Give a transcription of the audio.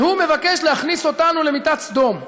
והוא מבקש להכניס אותנו למיטת סדום,